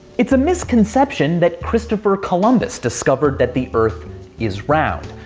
it's a misconception that christopher columbus discovered that the earth is round.